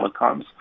telecoms